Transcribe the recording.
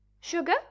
Sugar